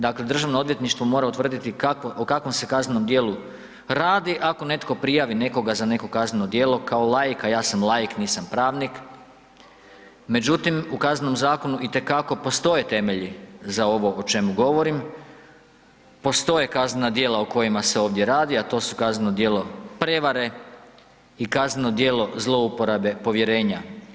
Dakle, Državno odvjetništvo mora utvrditi o kakvom se kaznenom djelu radi ako netko prijavi nekoga za neko kazneno djelo kao laik, a ja sam laik, nisam pravnik, međutim u Kaznenom zakonu itekako postoje temelji za ovo o čemu govorim, postoje kaznena djela o kojima se ovdje radi, a to su kazneno djelo prevare i kazneno djelo zlouporabe povjerenja.